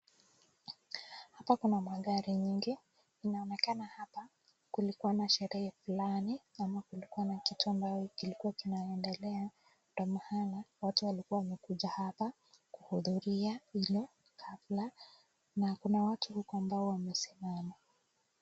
Hapa kuna magari mengi. Inaonekana hapa kulikuwa na sherehe fulani, ama kulikuwa na kitu ambacho kilikuwa kinaendelea ndiyo maana watu walikuwa wamekuja hapa kuhudhuria hilo hafla. Na kuna watu huko ambao wamesimama.